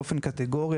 באופן קטגורי,